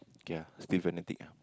okay ah still fanatic ah